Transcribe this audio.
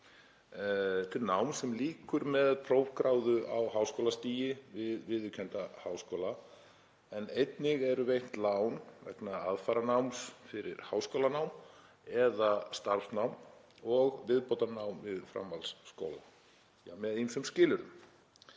til náms sem lýkur með prófgráðu á háskólastigi við viðurkennda háskóla en einnig eru veitt lán vegna aðfaranáms fyrir háskólanám eða starfsnáms og viðbótarnáms við framhaldsskóla með ýmsum skilyrðum.